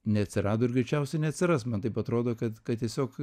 neatsirado ir greičiausiai neatsiras mam taip atrodo kad kad tiesiog